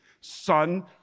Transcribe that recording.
son